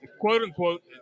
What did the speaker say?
quote-unquote